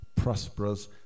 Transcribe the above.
prosperous